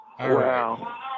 Wow